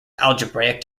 algebraic